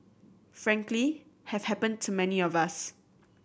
frankly have happened to many of us